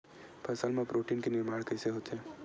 फसल मा प्रोटीन के निर्माण कइसे होथे?